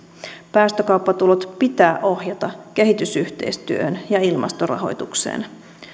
päästökauppatulot pitää ohjata kehitysyhteistyöhön ja ilmastorahoitukseen